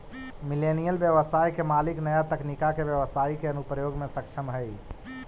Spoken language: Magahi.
मिलेनियल व्यवसाय के मालिक नया तकनीका के व्यवसाई के अनुप्रयोग में सक्षम हई